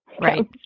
Right